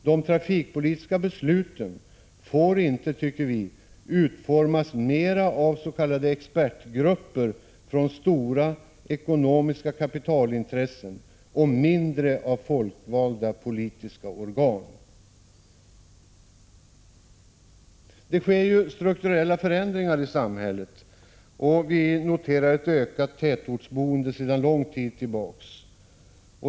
De trafikpolitiska besluten får inte, tycker vi, utformas mera av s.k. expertgrupper, som representerar stora kapitalintressen, och mindre av folkvalda politiska organ. Det sker ju strukturella förändringar i samhället, och vi noterar ett ökat tätortsboende sedan lång tid tillbaka.